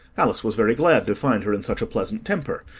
alice was very glad to find her in such a pleasant temper,